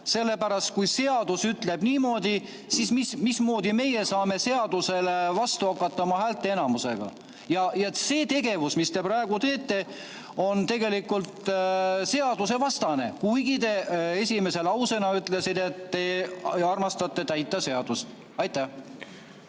sellepärast et kui seadus ütleb niimoodi, siis mismoodi meie saame seadusele vastu hakata oma häälteenamusega. See tegevus, mis te praegu teete, on tegelikult seadusvastane. Kuigi te esimese lausena ütlesite, et te armastate täita seadust.